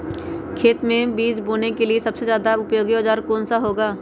खेत मै बीज बोने के लिए सबसे ज्यादा उपयोगी औजार कौन सा होगा?